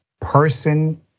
person